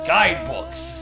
Guidebooks